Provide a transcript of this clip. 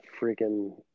freaking